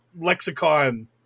lexicon